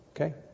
Okay